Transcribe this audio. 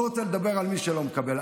לא רוצה לדבר על מי שלא מקבל.